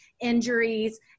injuries